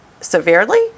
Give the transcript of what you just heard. severely